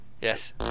Yes